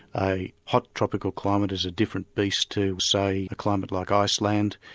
a hot tropical climate is a different beast to, say, a climate like iceland,